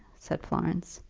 said florence.